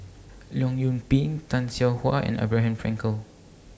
Leong Yoon Pin Tay Seow Huah and Abraham Frankel